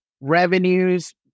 revenues